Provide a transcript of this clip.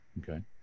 okay